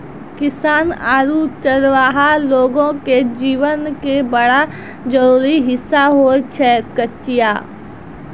किसान आरो चरवाहा लोगो के जीवन के बड़ा जरूरी हिस्सा होय छै कचिया